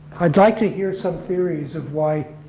i'd like to hear some theories of why